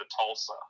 Tulsa